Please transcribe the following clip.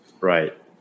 Right